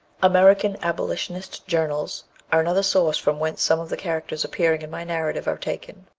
american abolitionist journals are another source from whence some of the characters appearing in my narrative are taken.